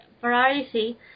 variety